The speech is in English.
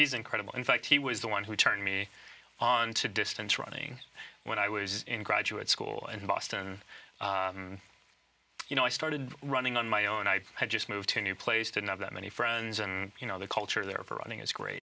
he's incredible in fact he was the one who turned me on to distance running when i was in graduate school and boston you know i started running on my own i had just moved to new place to know that many friends and you know the culture there for running is great